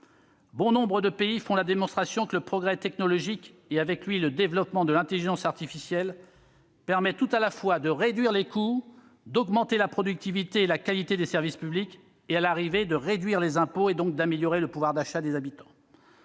Bon nombre de pays font la démonstration que le progrès technologique, et avec lui le développement de l'intelligence artificielle, permet tout à la fois de réduire les coûts, d'augmenter la productivité et la qualité des services publics et, à l'arrivée, de réduire les impôts, donc d'améliorer le pouvoir d'achat des habitants.